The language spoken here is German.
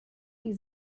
die